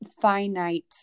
finite